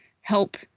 help